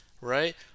Right